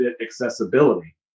accessibility